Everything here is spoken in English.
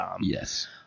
Yes